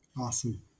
Awesome